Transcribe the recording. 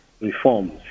reforms